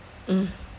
mm